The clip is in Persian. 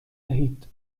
دهید